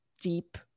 deep